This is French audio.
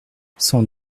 cent